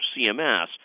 CMS